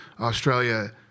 Australia